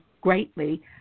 greatly